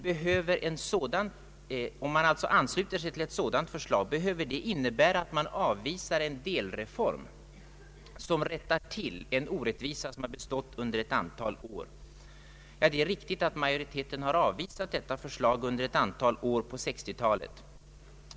Men om man alltså ansluter sig till ett sådant förslag, behöver det innebära att man avvisar en delreform som rättar till en orättvisa som har bestått under flera år? Det är riktigt att majoriteten har avvisat detta förslag under ett antal år under 1960-talet.